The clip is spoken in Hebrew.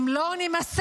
אם לא נמסד